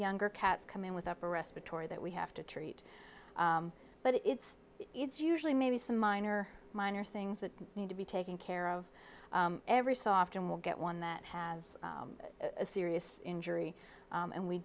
younger cats come in with upper respiratory that we have to treat but it's it's usually maybe some minor minor things that need to be taken care of every so often we'll get one that has a serious injury and we